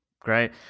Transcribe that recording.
Great